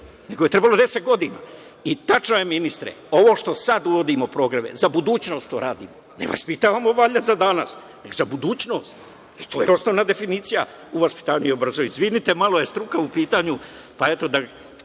nego je trebalo 10 godina i tačno je, ministre, ovo što sad uvodimo, programe, za budućnost to radimo. Ne vaspitavamo valjda za danas, nego za budućnost. To je osnovna definicija u vaspitanju i obrazovanju. Izvinite, malo je struka u pitanju,